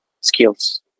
skills